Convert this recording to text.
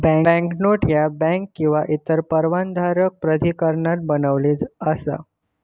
banknote ह्या bank किंवा इतर परवानाधारक प्राधिकरणान बनविली असा